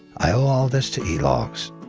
i owe all this to e-logs.